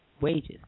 wages